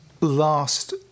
last